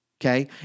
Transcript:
okay